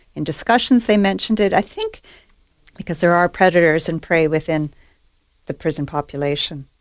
in discussions they mentioned it, i think because there are predators and prey within the prison population.